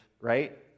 right